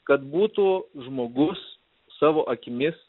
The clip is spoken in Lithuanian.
kad būtų žmogus savo akimis